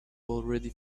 already